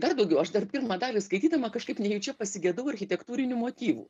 dar daugiau aš dar pirmą dalį skaitydama kažkaip nejučia pasigedau architektūrinių motyvų